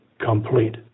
complete